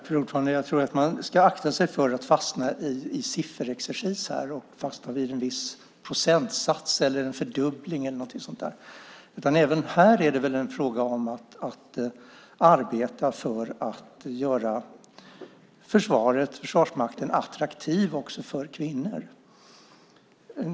Fru talman! Jag tror att man ska akta sig för att fastna i sifferexercis här och fastna vid en viss procentsats eller en fördubbling eller något sådant. Även här är det väl fråga om att arbeta för att göra Försvarsmakten attraktiv också för kvinnor.